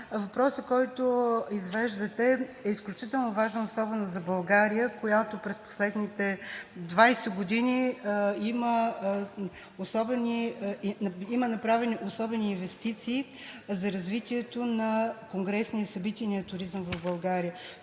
въпросът, който извеждате, е изключително важен особено за България, в която през последните 20 години има направени особени инвестиции за развитието на конгресния и събитийния туризъм, включително